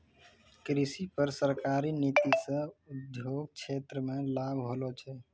कृषि पर सरकारी नीति से उद्योग क्षेत्र मे लाभ होलो छै